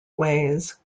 ways